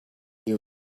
you